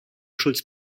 schulz